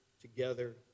together